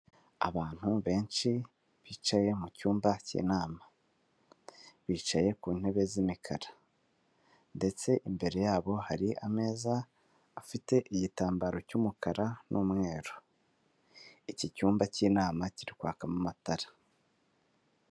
Abantu benshi bicaye mu cyumba cy'inama bicaye ku ntebe z'imikara ndetse imbere yabo hari ameza afite igitambaro cy'umukara n'umweru, iki cyumba cy'inama kiri kwakamo amatara.